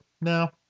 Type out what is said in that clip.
no